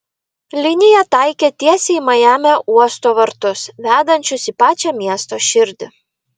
linija taikė tiesiai į majamio uosto vartus vedančius į pačią miesto širdį